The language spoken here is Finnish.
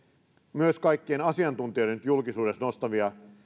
myös kaikkien asiantuntijoiden nyt julkisuudessa esille nostamia